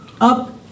Up